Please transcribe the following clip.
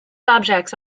objects